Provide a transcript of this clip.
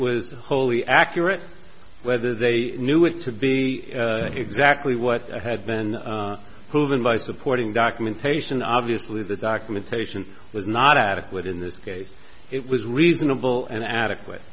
was wholly accurate whether they knew it to be exactly what had been proven by supporting documentation obviously the documentation was not adequate in this case it was reasonable and adequate